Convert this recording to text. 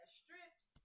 strips